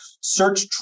Search